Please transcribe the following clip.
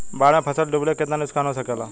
बाढ़ मे फसल के डुबले से कितना नुकसान हो सकेला?